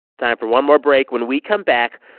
time for one more break. when we come back,